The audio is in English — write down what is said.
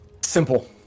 simple